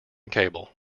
cable